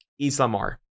Islamar